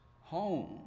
home